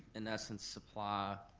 in essence, supply